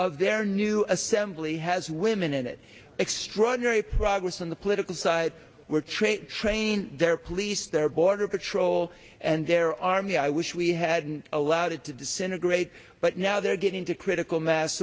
of their new assembly has women in it extraordinary progress on the political side were trait train their police their border patrol and their army i wish we hadn't allowed it to disintegrate but now they're getting to critical mass